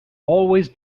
always